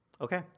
Okay